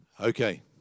Okay